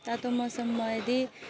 तातो मौसममा यदि